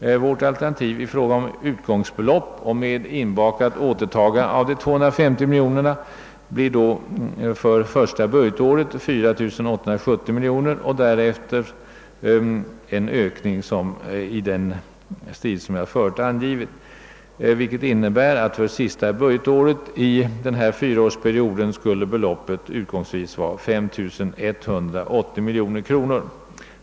Vårt alternativ i fråga om utgångsbelopp och med inbakat återtagande av de 290 miljonerna blir för första budgetåret 4 870 miljoner kronor och därefter en årlig ökning i den omfattning jag förut angivit, vilket innebär att beloppet för det sista budgetåret under fyraårsperioden skulle vara 5180 miljoner kronor.